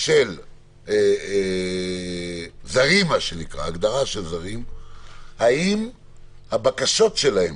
של זרים, האם הבקשות שלהם